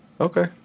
Okay